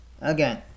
Again